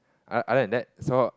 oth~ other than that so